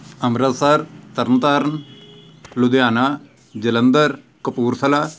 Amritsar Tarn Taran Ludhiana Jalandhar Kapurthala